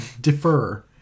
defer